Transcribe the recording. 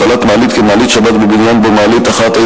הפעלת מעלית כמעלית שבת בבניין שבו מעלית אחת),